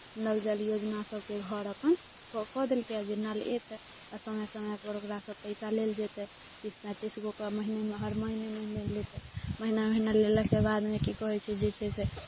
नल जल योजनासभके घर अपन कऽ कऽ देलकै जे नल अयतै आ समय समयपर ओकरासँ पैसा लेल जेतै तीस पैंतीस गो कऽ महीनेमे हर महीने महीने लेतै महीने महीने लेलाके बामे की कहै छै जे छै से